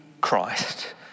Christ